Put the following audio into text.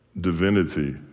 divinity